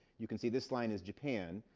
you can see, this line is japan.